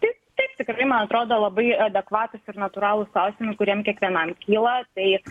taip taip tikrai man atrodo labai adekvatūs ir natūralūs klausimai kuriem kiekvienam kyla tai